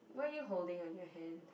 what're you holding on your hand